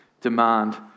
demand